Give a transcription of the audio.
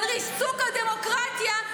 על ריסוק הדמוקרטיה,